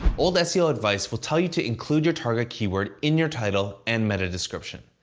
old seo advice will tell you to include your target keyword in your title and meta description.